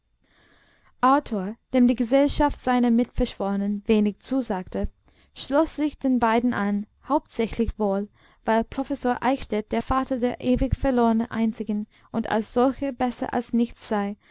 arthur dem die gesellschaft seiner mitverschworenen wenig zusagte schloß sich den beiden an hauptsächlich wohl weil professor eichstädt der vater der ewigverlorenen einzigen und als solcher besser als nichts sei